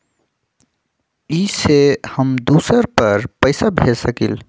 इ सेऐ हम दुसर पर पैसा भेज सकील?